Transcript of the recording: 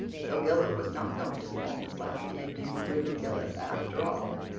so gilbert was not going to spend this last evening with ruby gillis after all!